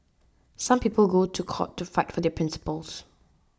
some people go to court to fight for their principles